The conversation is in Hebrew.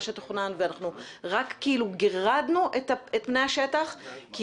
שתוכנן ואנחנו רק כאילו גירדנו את פני השטח כי